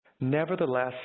Nevertheless